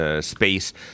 Space